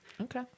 Okay